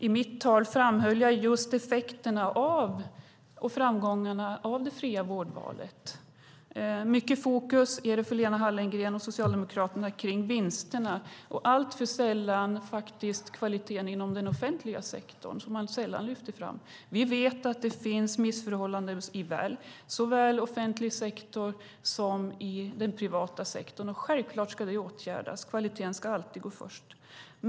I mitt anförande framhöll jag just effekterna och framgångarna av det fria vårdvalet. Mycket fokus är det från Lena Hallengren och Socialdemokraterna kring vinsterna och allt för sällan på kvaliteten inom den offentliga sektorn. Det lyfter man sällan fram. Vi vet att det finns missförhållanden i såväl offentlig som privat sektor. Självklart ska det åtgärdas. Kvaliteten ska alltid gå först.